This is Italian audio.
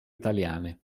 italiane